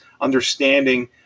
understanding